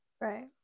Right